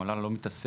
המל"ל לא מתעסק